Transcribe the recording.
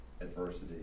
adversity